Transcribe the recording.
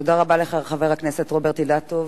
תודה רבה לך, חבר הכנסת רוברט אילטוב.